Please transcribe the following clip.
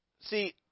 See